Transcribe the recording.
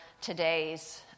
today's